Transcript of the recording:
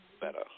better